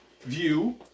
view